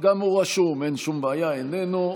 איננו.